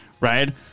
right